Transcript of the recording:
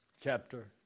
chapter